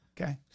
Okay